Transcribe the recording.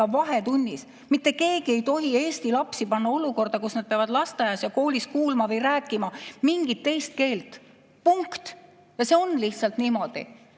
vahetunnis. Mitte keegi ei tohi eesti lapsi panna olukorda, kus nad peavad lasteaias ja koolis kuulma või rääkima mingit teist keelt. Punkt! See on lihtsalt niimoodi.